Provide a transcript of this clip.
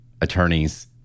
attorneys